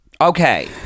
Okay